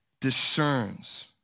discerns